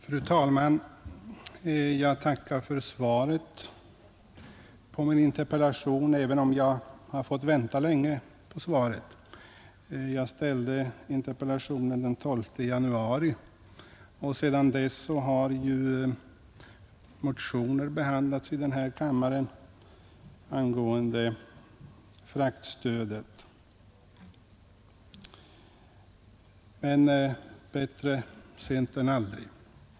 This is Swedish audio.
Fru talman! Jag tackar för svaret på min interpellation, även om jag har fått vänta länge på det. Jag framställde interpellationen den 12 januari, och sedan dess har ju motioner angående fraktstödet behandlats i denna kammare.